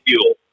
fuel